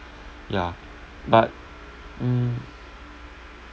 yeah but mm